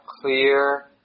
clear